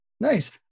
Nice